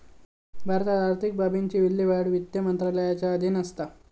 भारतात आर्थिक बाबतींची विल्हेवाट वित्त मंत्रालयाच्या अधीन असता